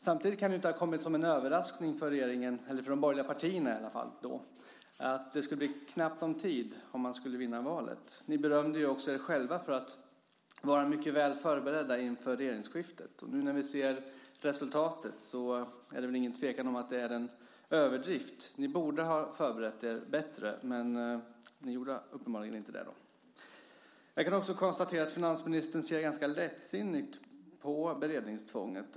Samtidigt kan det inte ha kommit som en överraskning för regeringen, eller i alla fall för de borgerliga partierna då, att det skulle bli knappt om tid om man skulle vinna valet. Ni berömde ju er för att vara mycket väl förberedda inför regeringsskiftet. Nu när vi ser resultatet råder det väl ingen tvekan om att det är en överdrift. Ni borde ha förberett er bättre. Uppenbarligen gjorde ni inte det. Vidare kan jag konstatera att finansministern ganska lättsinnigt ser på beredningstvånget.